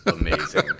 Amazing